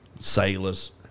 sailors